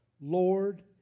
Lord